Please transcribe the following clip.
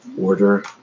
order